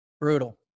brutal